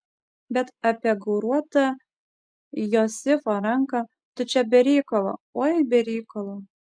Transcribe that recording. bet apie gauruotą josifo ranką tu čia be reikalo oi be reikalo